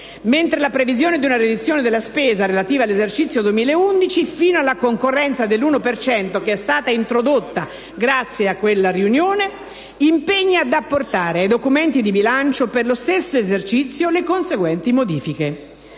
mentre la previsione di una riduzione della spesa relativa all'esercizio 2011 fino a concorrenza dell'1 per cento (introdotta grazie alla citata riunione) impegna ad apportare ai documenti di bilancio per lo stesso esercizio le conseguenti modifiche.